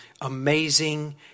amazing